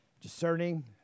Discerning